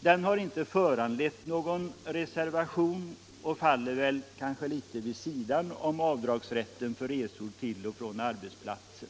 Denna motion har inte föranlett någon reservation, och den faller väl litet vid sidan om avdragsrätten för resor till och från arbetsplatsen.